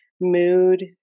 mood